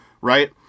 right